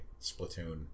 Splatoon